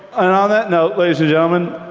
and on that note, ladies and gentlemen,